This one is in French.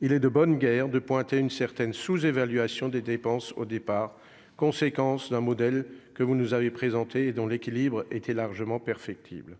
il est de bonne guerre de pointer une certaine sous-évaluation des dépenses dès le départ, conséquence d'un modèle, celui que vous nous avez présenté, dont l'équilibre était largement perfectible.